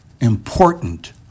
important